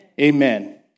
Amen